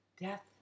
death